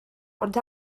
ond